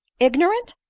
ignorant!